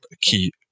key